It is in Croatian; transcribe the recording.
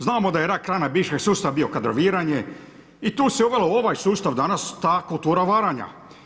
Znamo da je rak rana bivšeg sustav bio kadroviranje i tu se uvelo u ovaj sustav danas ta kultura varanja.